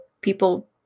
people